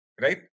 right